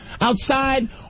outside